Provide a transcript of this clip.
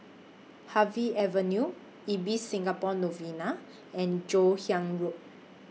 Harvey Avenue Ibis Singapore Novena and Joon Hiang Road